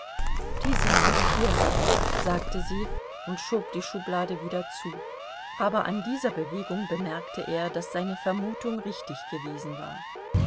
die sind nicht hier sagte sie und schob die schublade wieder zu aber an dieser bewegung bemerkte er daß seine vermutung richtig gewesen war